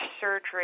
surgery